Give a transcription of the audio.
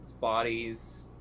bodies